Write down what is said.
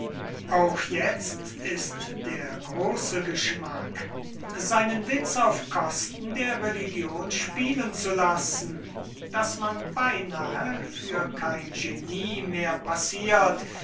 auch ist itzo der grosse geschmack seinen witz auf kosten der religion spielen zu lassen daß man beinahe für kein genie mehr passirt